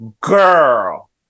girl